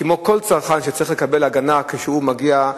כמו על כל צרכן שצריך לקבל הגנה כשהוא מגיע,